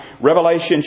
Revelation